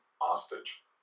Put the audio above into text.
hostage